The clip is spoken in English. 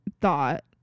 thought